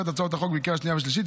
את הצעת החוק בקריאה השנייה והשלישית,